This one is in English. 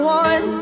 one